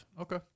Okay